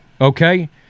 Okay